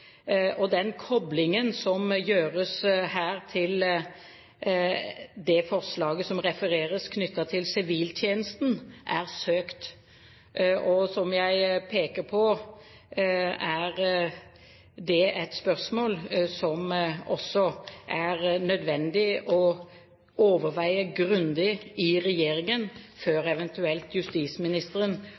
Den koplingen som gjøres her til det forslaget som refereres knyttet til siviltjenesten, er søkt. Som jeg peker på, er det et spørsmål som det er nødvendig å overveie grundig i regjeringen, før eventuelt justisministeren